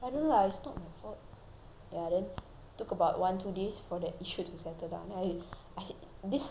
ya then took about one two days for that issue to settle down then this whole thatha incident just reminded me of that